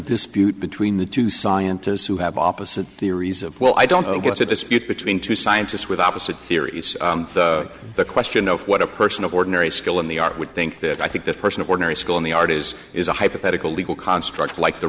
dispute between the two scientists who have opposite theories of well i don't know gets a dispute between two scientists with opposite theories the question of what a person of ordinary skill in the art would think that i think that person of ordinary school in the art is is a hypothetical legal construct like the